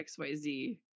XYZ